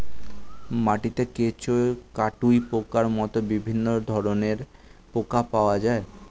মাটিতে কেঁচো, কাটুই পোকার মতো বিভিন্ন ধরনের পোকা পাওয়া যায়